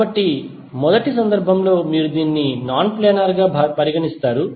కాబట్టి మొదటి సందర్భంలో మీరు దీన్ని నాన్ ప్లేనార్ గా పరిగణిస్తారు